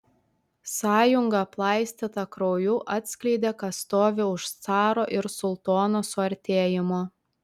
sąjunga aplaistyta krauju atskleidė kas stovi už caro ir sultono suartėjimo